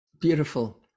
Beautiful